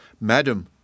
Madam